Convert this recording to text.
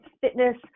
fitness